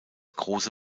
große